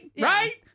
right